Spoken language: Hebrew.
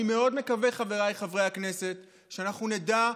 אני מקווה מאוד, חבריי חברי הכנסת, שאנחנו נדע,